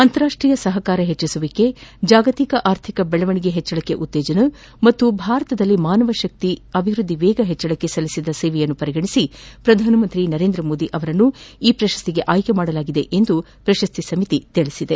ಅಂತಾರಾಷ್ಟೀಯ ಸಹಕಾರ ಹೆಚ್ಚಿಸುವಿಕೆ ಜಾಗತಿಕ ಆರ್ಥಿಕ ಬೆಳವಣಿಗೆ ಹೆಚ್ಚಳಕ್ಕೆ ಉತ್ತೇಜನ ಮತ್ತು ಭಾರತದಲ್ಲಿ ಮಾನವ ಶಕ್ತಿ ಅಭಿವೃದ್ಧಿ ವೇಗ ಹೆಚ್ಚಳಕ್ಕೆ ಸಲ್ಲಿಸಿದ ಸೇವೆಯನ್ನು ಪರಿಗಣಿಸಿ ಪ್ರಧಾನಿಯವನರನು ಈ ಪ್ರಶಸ್ತಿಗೆ ಆಯ್ಕೆ ಮಾಡಲಾಗಿದೆ ಎಂದು ಪ್ರಶಸ್ತಿ ಸಮಿತಿ ತಿಳಿಸಿದೆ